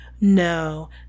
No